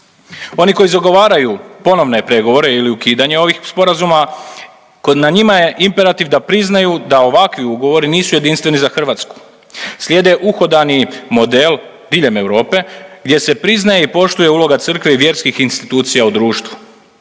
Oni koji zagovaraju ponovne pregovore ili ukidanje ovih sporazuma, kod, na njima je imperativ da priznaju da ovakvi ugovori nisu jedinstveni za Hrvatsku. Slijede uhodani model diljem Europe gdje se priznaje i poštuje uloga Crkve i vjerskih institucija u društvu.